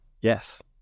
yes